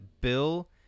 Bill